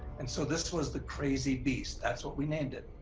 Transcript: and so this was the crazy beast, that's what we named it.